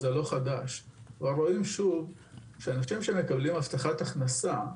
לא חדש רואים שוב שהאנשים שמקבלים הבטחת הכנסה,